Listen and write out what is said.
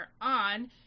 on